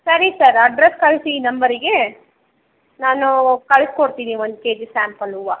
ಸರಿ sir address ಕಳಿಸಿ ಈ ನಂಬರಿಗೆ ನಾನು ಕಳ್ಸ್ಕೊಡ್ತೀನಿ ಒಂದು ಕೆ ಜಿ ಸ್ಯಾಂಪಲ್ ಹೂವ